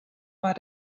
war